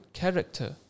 character